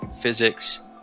physics